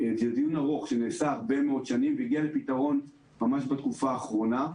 זה דיון ארוך שנערך הרבה מאוד שנים והגיע לפתרון ממש בתקופה האחרונה.